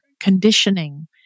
conditioning